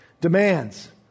Demands